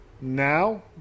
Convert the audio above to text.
now